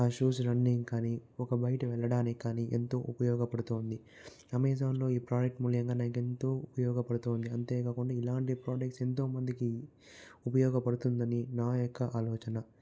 ఆ shoes running కానీ ఒక బయట వెళ్లడానికి కానీ ఎంతో ఉపయోగపడుతుంది అమెజాన్ లో ఈ ప్రాడక్ట్ మూల్యంగా నాకెంతో ఉపయోగపడుతుంది అంతేకాకుండా ఇలాంటి ప్రాడక్ట్స్ ఎంతో మందికి ఉపయోగపడుతుందని నా యొక్క ఆలోచన